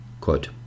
Quote